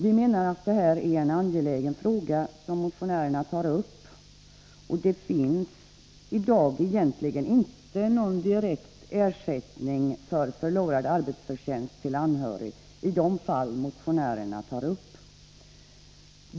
Vi menar att det är en angelägen fråga som motionärerna tar upp, och det finns i dag egentligen inte någon direkt ersättning för förlorad arbetsförtjänst till anhörig i de fall motionärerna tar upp.